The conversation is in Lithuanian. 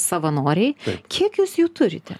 savanoriai kiek jūs jų turite